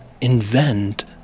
invent